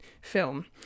film